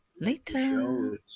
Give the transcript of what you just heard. later